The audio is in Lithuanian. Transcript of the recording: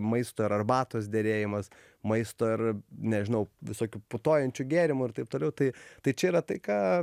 maisto ir arbatos derėjimas maisto ir nežinau visokių putojančių gėrimų ir taip toliau tai tai čia yra tai ką